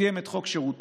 סיים את חוק שירותו,